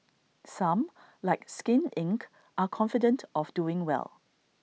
some like skin Inc are confident of doing well